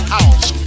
House